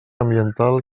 ambiental